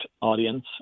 audience